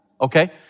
okay